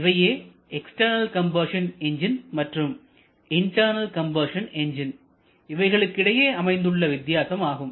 இவையே external combustion engine மற்றும் internal combustion engine இவைகளுக்கு இடையே அமைந்துள்ள வித்தியாசம் ஆகும்